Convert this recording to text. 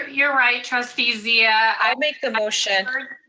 you're right trustee zia. i make the motion.